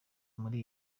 muri